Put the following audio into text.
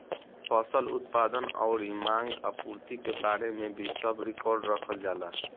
फसल उत्पादन अउरी मांग आपूर्ति के बारे में भी सब रिकार्ड रखल जाला